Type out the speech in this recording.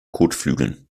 kotflügeln